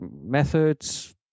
methods